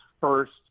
first